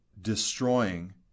destroying